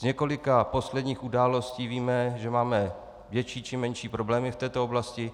Z několika posledních událostí víme, že máme větší či menší problémy v této oblasti.